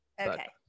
Okay